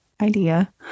idea